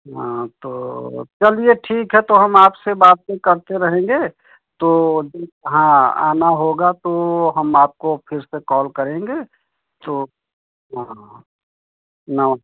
हाँ तो चलिए ठीक है तो हम आपसे बातें करते रहेंगे तो हाँ आना होगा तो हम आपको फिर से कॉल करेंगे तो हाँ नौ